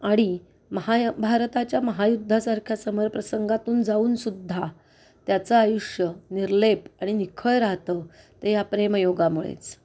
आणि महाय भारताच्या महायुद्धासारख्या समर प्रसंगातून जाऊनसुद्धा त्याचं आयुष्य निर्लेप आणि निखळ राहतं ते या प्रेमयोगामुळेच